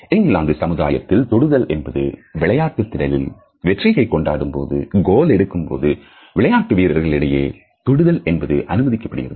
இங்கிலாந்து சமுதாயத்தில் தொடுதல் என்பது விளையாட்டு திடலில் வெற்றியை கொண்டாடும் போது கோல் எடுக்கும்போது விளையாட்டு வீரர்கள் இடையே தொழுதல் என்பது அனுமதிக்கப்படுகிறது